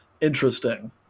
Interesting